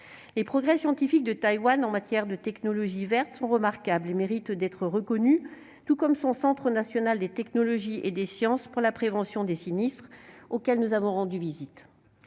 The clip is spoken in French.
Les progrès scientifiques de Taïwan en matière de technologies vertes sont remarquables et méritent d'être reconnus, tout comme son centre national des technologies et des sciences pour la prévention des sinistres, que nous avons visité.